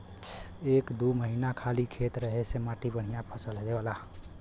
एक दू महीना खाली खेत रहे से मट्टी बढ़िया फसल देला